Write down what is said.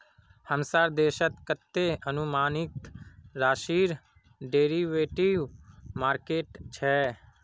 हमसार देशत कतते अनुमानित राशिर डेरिवेटिव मार्केट छ